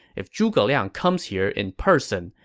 if zhuge liang comes here in person,